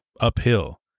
uphill